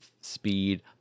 speed